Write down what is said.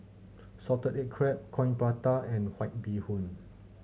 salted egg crab Coin Prata and White Bee Hoon